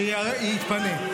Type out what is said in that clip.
שיתפנה.